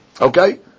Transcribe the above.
okay